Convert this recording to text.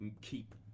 keep